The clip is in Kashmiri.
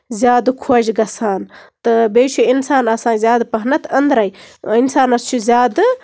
زیادٕ خۄش گژھان تہٕ بیٚیہِ چھُ اِنسان آسان زیادٕ پَہنَتھ أندرٕے اِنسانَس چھُ زیادٕ